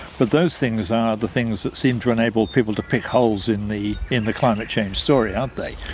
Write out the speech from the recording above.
but those things are the things that seem to enable people to pick holes in the in the climate change story, aren't they?